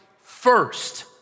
first